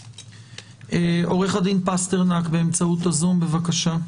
עורך הדין פסטרנק באמצעות ה-זום, בבקשה.